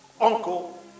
uncle